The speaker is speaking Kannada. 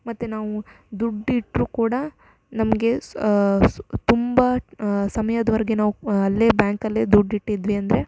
ಮತ್ತು ನಾವು ದುಡ್ಡು ಇಟ್ಟರೂ ಕೂಡ ನಮಗೆ ಸ ತುಂಬ ಟ್ ಸಮಯದ್ವರ್ಗೆ ನಾವು ಅಲ್ಲೇ ಬ್ಯಾಂಕಲ್ಲೇ ದುಡ್ಡು ಇಟ್ಟಿದ್ವಿ ಅಂದರೆ